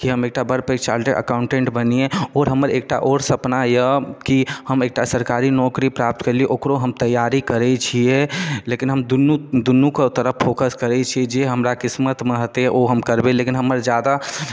कि हम एकटा बड़ पैघ चार्टेड अकाउंटेंट बनियै आओर हमर एकटा आओर सपना यऽ कि हम एकटा सरकारी नौकरी प्राप्त करी ओकरो हम तैयारी करै छियै लेकिन हम दुनू दुनू के तरफ फोकस करै छी जे हमरा किस्मत मे हेतै ओ हम करबै लेकिन हमर जादा